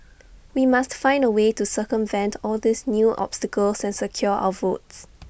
we must find A way to circumvent all these new obstacles and secure our votes